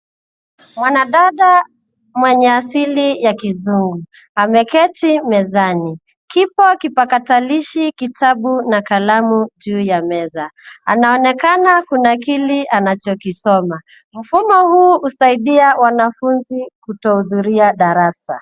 Mwanadada mwenye asili ya kizungu ameketi mezani. Kipo kipakatalishi, kitabu na kalamu juu ya meza. Anaonekana kunakili anachokisoma. Mfumo huu husaidia wanafunzi kutohudhuria darasa.